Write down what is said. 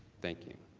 thank you,